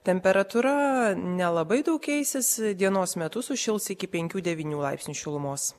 temperatūra nelabai keisis dienos metu sušils iki penkių devynių laipsnių šilumos